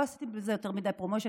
לא עשיתי לזה יותר מדי promotion,